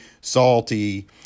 salty